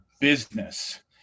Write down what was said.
business